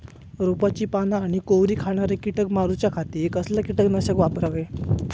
रोपाची पाना आनी कोवरी खाणाऱ्या किडीक मारूच्या खाती कसला किटकनाशक वापरावे?